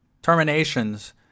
Terminations